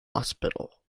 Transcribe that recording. hospital